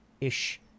ish